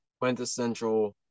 quintessential